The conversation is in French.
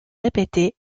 répétées